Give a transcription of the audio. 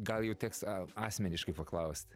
gal jau teks a asmeniškai paklaust